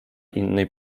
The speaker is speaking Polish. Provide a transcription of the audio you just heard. innej